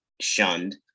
shunned